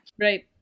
right